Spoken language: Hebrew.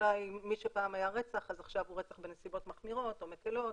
מה שפעם היה רצח עכשיו הוא רצח בנסיבות מחמירות או מקלות.